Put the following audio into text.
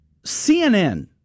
cnn